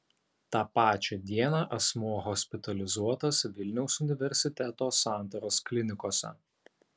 tą pačią dieną asmuo hospitalizuotas vilniaus universiteto santaros klinikose